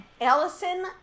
Allison